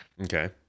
okay